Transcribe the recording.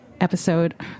episode